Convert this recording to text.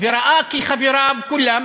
וראה כי חבריו כולם,